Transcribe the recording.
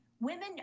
women